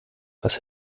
was